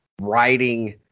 writing